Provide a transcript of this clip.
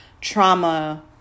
trauma